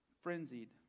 frenzied